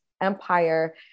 empire